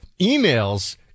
emails